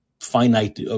finite